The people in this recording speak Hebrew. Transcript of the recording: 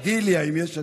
אידיליה עם יש עתיד.